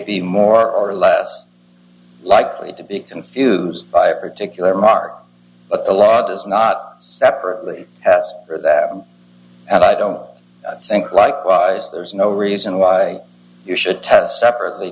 be more or less likely to be confused by a particular mark but the law does not separately for that and i don't think likewise there's no reason why you should test separately